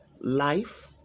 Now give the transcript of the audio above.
life